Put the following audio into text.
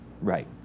Right